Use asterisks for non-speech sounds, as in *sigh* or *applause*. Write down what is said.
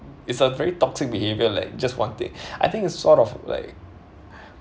it's a very toxic behaviour like just one thing *breath* I think it's sort of like *breath*